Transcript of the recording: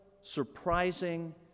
surprising